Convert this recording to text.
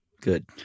Good